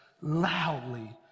loudly